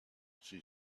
she